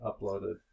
Uploaded